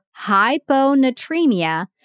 hyponatremia